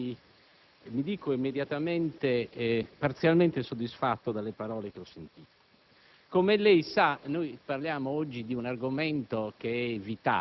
Premetto che ho ascoltato la sua risposta e mi dico parzialmente soddisfatto dalle parole che ho sentito.